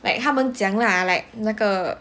like 他们讲 lah like 那个